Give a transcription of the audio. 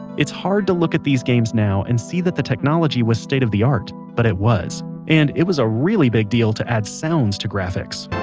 it's hard to look at these games now and see that the technology was state of the art but it was, and it was a really big deal to add sounds to graphics.